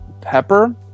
pepper